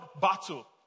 battle